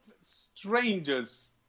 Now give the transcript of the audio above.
Strangers